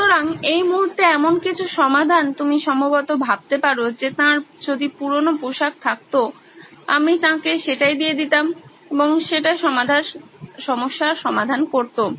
সুতরাং এই মুহূর্তে এমন কিছু সমাধান তুমি সম্ভবত ভাবতে পারো যে তাঁর যদি পুরনো পোশাক থাকতো আমি তাঁকে সেটাই দিয়ে দিতাম এবং সেটা সমস্যার সমাধান করত